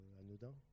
anodin